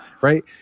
right